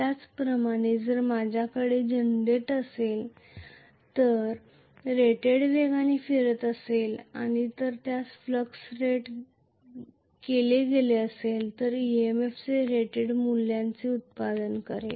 त्याचप्रमाणे जर माझ्याकडे जनरेटर असेल जे रेटेड वेगाने फिरत असेल आणि जर त्यास फ्लक्स रेट केले गेले असेल तर ते EMF चे रेटेड मूल्याचे उत्पादन करेल